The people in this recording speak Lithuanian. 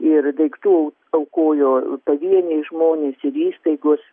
ir daiktų aukojo pavieniai žmonės ir įstaigos